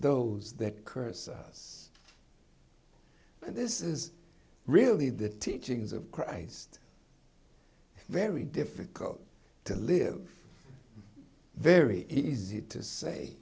those that curse us this is really the teachings of christ very difficult to live very easy to say